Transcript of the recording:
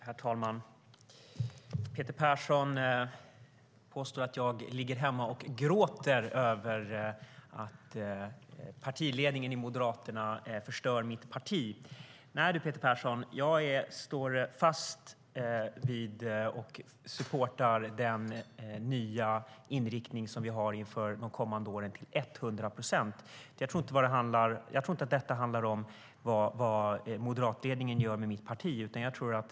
Herr talman! Peter Persson påstår att jag ligger hemma och gråter över att partiledningen i Moderaterna förstör mitt parti. Nej du, Peter Persson, jag står fast vid och supportar den nya inriktningen som vi har inför de kommande åren till 100 procent. Jag tror inte att detta handlar om vad moderatledningen gör med mitt parti.